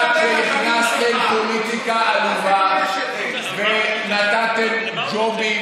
עד שנכנסתם לפוליטיקה עלובה ונתתם ג'ובים